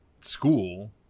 school